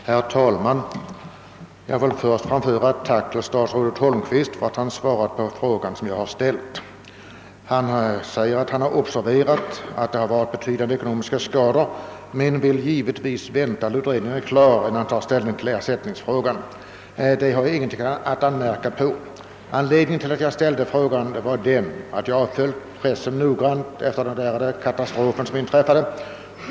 Herr talman! Jag vill först framföra ett tack till statsrådet Holmqvist för att han svarat på min fråga. Statsrådet säger att han observerat att betydande ekonomiska skador förekommit men vill vänta till dess utredningen är färdig, innan han tar ställning till ersättningsfrågan. Detta vill jag inte anmärka på. Anledningen till att jag ställde frågan var att jag följt pressen noggrant efter den inträffade katastrofen. Bl.